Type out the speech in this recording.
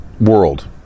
world